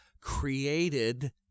created